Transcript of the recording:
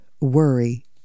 worry